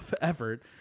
effort